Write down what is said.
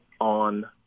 on